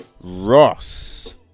Ross